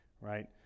right